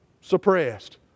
suppressed